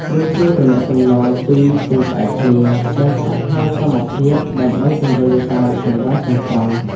វាជាទំនាក់ទំនងពីរពឹងផ្អែកគ្នា ដែលស្ថិតក្នុងសមភាពដើម្បីជំរុញការរីកចម្រើនទាំងស្រុង។